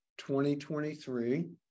2023